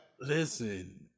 Listen